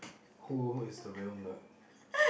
who is the real nerd